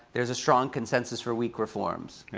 there's a strong consensus for weak reforms.